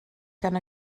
gan